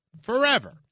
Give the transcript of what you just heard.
Forever